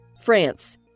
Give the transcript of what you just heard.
France